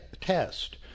test